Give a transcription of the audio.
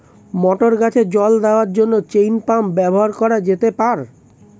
মটর গাছে জল দেওয়ার জন্য চেইন পাম্প ব্যবহার করা যেতে পার?